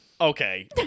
Okay